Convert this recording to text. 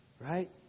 Right